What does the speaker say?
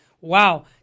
Wow